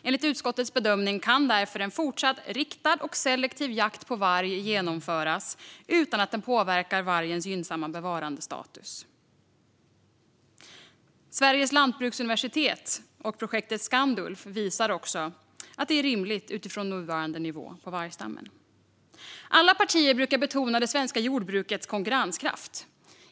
Enligt utskottets bedömning kan därför en fortsatt riktad och selektiv jakt på varg genomföras utan att den påverkar vargens gynnsamma bevarandestatus. Sveriges lantbruksuniversitet och projektet Skandulv visar också att det är rimligt utifrån nuvarande nivå på vargstammen. Alla partier brukar betona det svenska jordbrukets konkurrenskraft.